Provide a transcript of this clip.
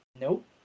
nope